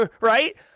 right